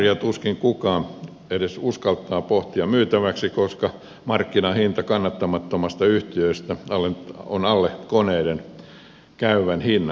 finnairia tuskin kukaan edes uskaltaa pohtia myytäväksi koska markkinahinta kannattamattomasta yhtiöstä on alle koneiden käyvän hinnan